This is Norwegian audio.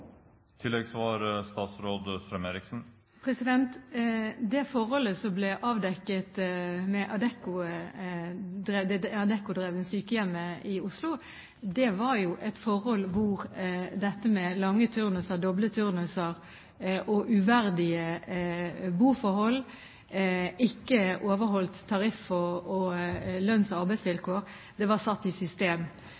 Det som ble avdekket ved det Adecco-drevne sykehjemmet i Oslo, var at dette med lange turnuser, doble turnuser, uverdige boforhold, ikke overholdt tariff og mangel på overholdelse av lønns- og